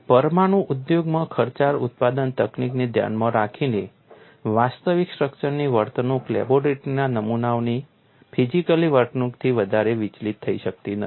પરમાણુ ઉદ્યોગોમાં ખર્ચાળ ઉત્પાદન તકનીકોને ધ્યાનમાં રાખીને વાસ્તવિક સ્ટ્રક્ચરની વર્તણૂક લેબોરેટરીના નમૂનાઓની ફિઝિકલી વર્તણૂકથી વધારે વિચલિત થઈ શકતી નથી